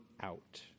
out